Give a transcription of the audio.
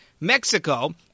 Mexico